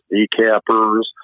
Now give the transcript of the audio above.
Decappers